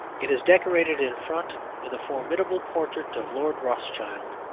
it is decorated in front with a formidable portrait of lord rothschild.